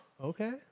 Okay